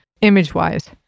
image-wise